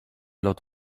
lot